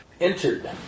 entered